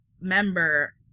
member